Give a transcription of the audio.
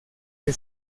que